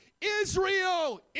Israel